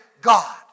God